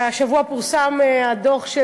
השבוע פורסם הדוח,